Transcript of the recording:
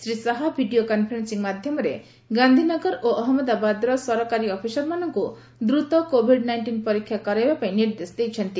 Shri Shah video conferencing ମାଧ୍ୟମରେ ଗାନ୍ଧୀନଗର ଓ ଅହଞ୍ଚନ୍ଦାବାଦର ସରକାରୀ ଅଫିସରମାନଙ୍କୁ ଦ୍ରୁତ କୋଭିଡ୍ ନାଇଷ୍ଟିନ୍ ପରୀକ୍ଷା କରାଇବା ପାଇଁ ନିର୍ଦ୍ଦେଶ ଦେଇଛନ୍ତି